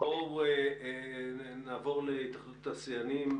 נעבור להתאחדות התעשיינים.